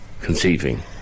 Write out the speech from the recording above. conceiving